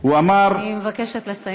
הוא אמר: אני מבקשת לסיים.